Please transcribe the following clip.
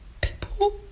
people